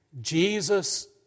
Jesus